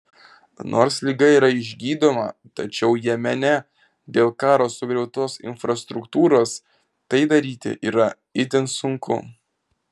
nors liga yra išgydoma tačiau jemene dėl karo sugriautos infrastruktūros tai daryti yra itin sunku